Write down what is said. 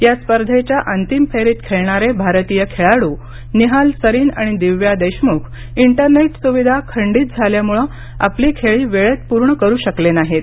या स्पर्धेच्या अंतिम फेरीत खेळणारे भारतीय खेळाडू निहाल सरीन आणि दिव्या देशमुख इंटरनेट सुविधा खंडित झाल्यामुळे आपली खेळी वेळेत पूर्ण करू शकले नाहीत